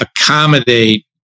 accommodate